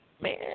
man